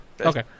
Okay